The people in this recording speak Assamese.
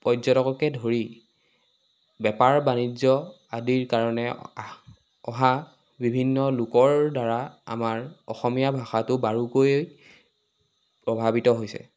পৰ্যটককে ধৰি বেপাৰ বাণিজ্য আদিৰ কাৰণে আহ অহা বিভিন্ন লোকৰ দ্বাৰা আমাৰ অসমীয়া ভাষাটো বাৰুকৈ প্ৰভাৱিত হৈছে